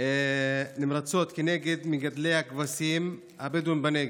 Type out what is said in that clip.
נמרצות כנגד מגדלי הכבשים הבדואים בנגב,